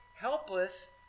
helpless